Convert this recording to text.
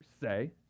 say